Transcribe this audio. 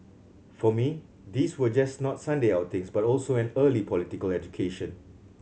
for me these were just not Sunday outings but also an early political education